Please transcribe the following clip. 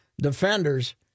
defenders